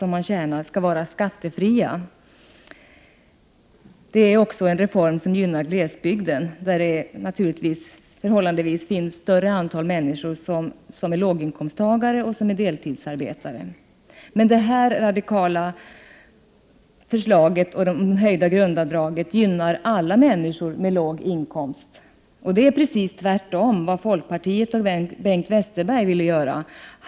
man tjänar skall vara skattefria — är också en reform som gynnar glesbygden, där det finns ett förhållandevis större antal lågkomstintagare och deltidsarbetare. Men detta radikalt höjda grundavdrag gynnar alla människor med låg inkomst. Det är precis tvärtemot vad folkpartiet och Bengt Westerberg vill göra.